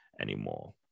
anymore